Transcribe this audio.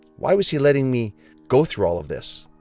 why was he letting me go through all of this?